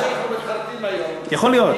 יכול להיות שהייתם מתחרטים היום, יכול להיות.